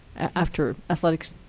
after athletics,